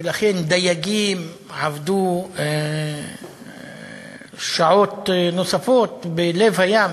ולכן, דייגים עבדו שעות נוספות בלב הים